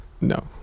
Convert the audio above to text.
no